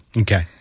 Okay